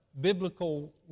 biblical